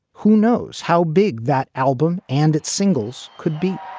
who knows how big that album and its singles could be?